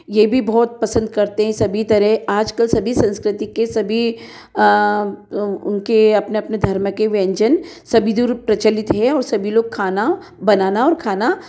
ये भी बहुत पसंद करते हैं सभी तरह आज कल सभी संस्कृति के सभी उनके अपने अपने धर्म के व्यंजन सभी दूर प्रचलित हैं और सभी लोग खाना बनाना और खाना